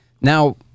Now